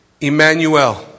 Emmanuel